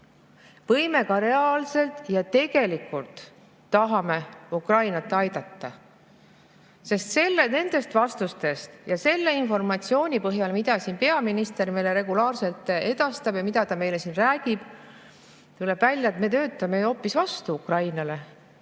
või me ka reaalselt tahame Ukrainat aidata? Sest nendest vastustest ja selle informatsiooni põhjal, mida siin peaminister meile regulaarselt edastab ja mida ta meile siin räägib, tuleb välja, et me töötame ju hoopis vastu Ukrainale,